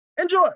Enjoy